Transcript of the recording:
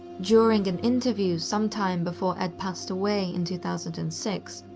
during an interview sometime before ed passed away in two thousand and six,